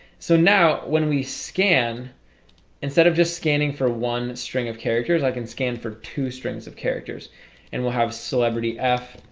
so now when we scan instead of just scanning for one string of characters i can scan for two strings of characters and we'll have celebrity f